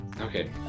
Okay